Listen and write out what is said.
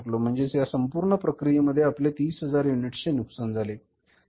म्हणजेच या संपूर्ण प्रक्रिये मध्ये आपले 30000 युनिट्स चे नुकसान झाले